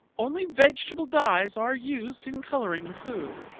only vegetable dyes are used in colouring the food.